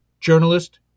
journalist